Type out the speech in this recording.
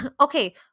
Okay